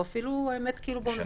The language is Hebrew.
או אפילו באוניברסיטה.